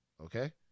Okay